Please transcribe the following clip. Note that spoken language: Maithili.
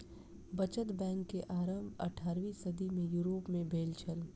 बचत बैंक के आरम्भ अट्ठारवीं सदी में यूरोप में भेल छल